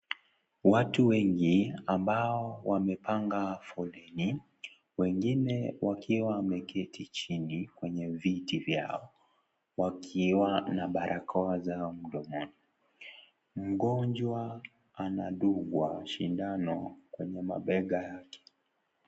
Watu wengi ambao wamepanga foleni wengine wakiwa wameketi chini kwenye viti vyao, wakiwa na barakoa zao mdomoni . Mgonjwa anadungwa shidano kwenye mabega yake.